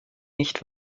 nicht